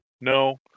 No